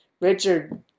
Richard